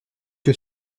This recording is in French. que